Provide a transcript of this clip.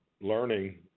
learning